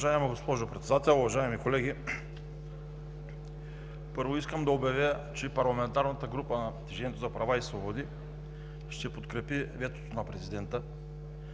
Уважаема госпожо Председател, уважаеми колеги! Първо искам да обявя, че парламентарната група на „Движението за права и свободи“ ще подкрепи ветото на президента